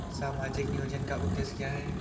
सामाजिक नियोजन का उद्देश्य क्या है?